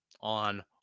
on